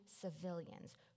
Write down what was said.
civilians